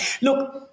look